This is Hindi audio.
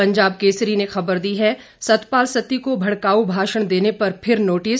पंजाब केसरी ने खबर दी है सतपाल सत्ती को भड़काऊ भाषण देने पर फिर नोटिस